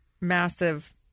massive